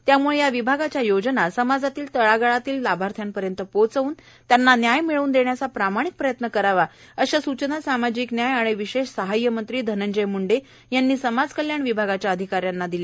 त्यामुळे या विभागाच्या योजना समाजातील तळागाळातील लाभार्थ्यांपर्यंत पोहोचवून त्यांना न्याय मिळवून देण्याचा प्रामाणिक प्रयत्न करावा अशा सूचना सामाजिक न्याय आणि विशेष सहाय्य मंत्री धनंजय मुंडे यांनी समाज कल्याण विभागाच्या अधिकाऱ्यांना दिल्या